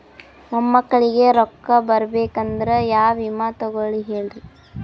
ಮೊಮ್ಮಕ್ಕಳಿಗ ರೊಕ್ಕ ಬರಬೇಕಂದ್ರ ಯಾ ವಿಮಾ ತೊಗೊಳಿ ಹೇಳ್ರಿ?